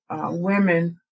Women